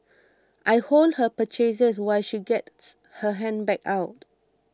I hold her purchases while she gets her handbag out